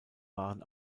waren